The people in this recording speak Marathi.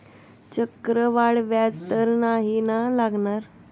चक्रवाढ व्याज तर नाही ना लागणार?